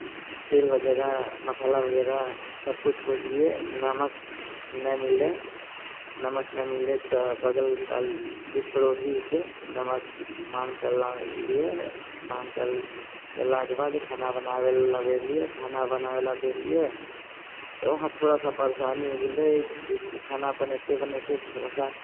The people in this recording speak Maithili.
तेल वगैरह मसाला वगैरह सबकिछु खोजलियै नमक नहि मिलले नमक नहि मिललै तऽ बगलवला पड़ोसीसँ नमक माँगिकऽ लअ अनलिए माँगिकऽ लेलाके बाद ही खाना बनाबै लए हम एलिये खाना बनाबै लए फिर एलिये तऽ वहाँ थोड़ासँ परेशानी भेलेह जेकि खाना बनेते बनेते थोड़ासँ